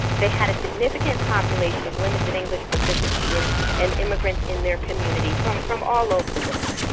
they had a significant population of limited english proficiency and and immigrants in their community from from all over the world.